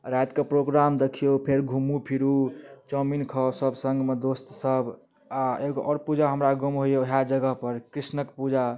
राति कऽ प्रोग्राम देखियौ फेर घुमू फिरू चाउमिन खाउ सब सङ्गमे दोस्त सब आ एगो आओर पूजा हमरा गाँवमऽ होइया ओएह जगह पर कृष्णक पूजा